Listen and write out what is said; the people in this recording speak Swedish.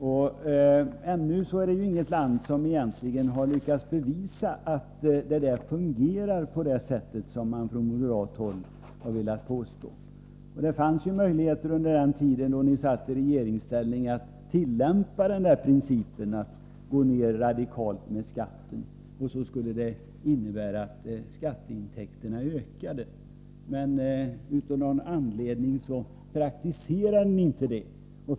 Men ännu är det inget land som har lyckats bevisa att det fungerar på det sätt som man från moderat håll vill påstå. Det fanns möjligheter när ni satt i regeringsställning att tillämpa principen att minska skatten radikalt så att skatteintäkterna skulle öka. Men av någon anledning praktiserade ni inte detta.